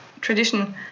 tradition